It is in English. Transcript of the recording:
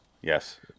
yes